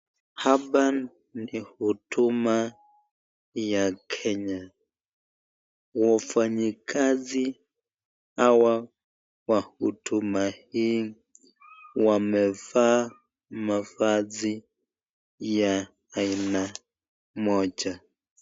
Hapa ni huduma ya Kenya. Wafanyikazi hawa wa huduma hii wamevaa mavazi ya aina Moja.